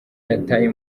yataye